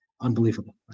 unbelievable